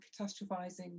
catastrophizing